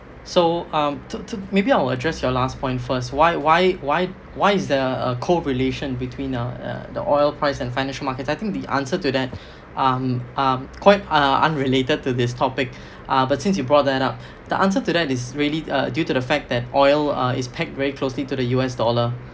so um th~ th~ maybe I will address your last point first why why why why is there a correlation between uh uh the oil price and financial markets I think the answer to that um um quite uh unrelated to this topic uh but since you brought that up the answer to that is really uh due to the fact that oil uh is pegged very closely to the U_S dollar